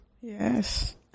Yes